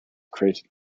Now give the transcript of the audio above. created